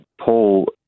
Paul